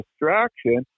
distraction